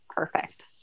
Perfect